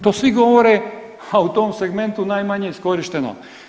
To svi govore a u tom segmentu je najmanje iskorišteno.